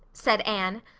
said anne.